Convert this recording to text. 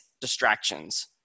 distractions